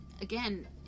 Again